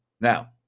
Now